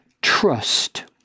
trust